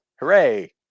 Hooray